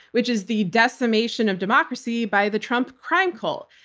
which is the decimation of democracy by the trump crime cult.